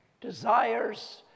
desires